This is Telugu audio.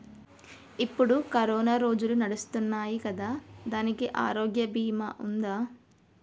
ఇప్పుడు కరోనా రోజులు నడుస్తున్నాయి కదా, దానికి ఆరోగ్య బీమా ఉందా?